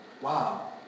wow